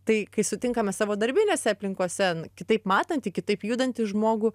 tai kai sutinkame savo darbinėse aplinkose kitaip matantį kitaip judantį žmogų